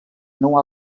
nou